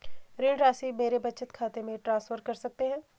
ऋण राशि मेरे बचत खाते में ट्रांसफर कर सकते हैं?